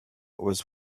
was